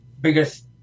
biggest